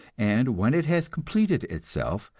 and when it has completed itself,